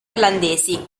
irlandesi